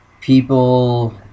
people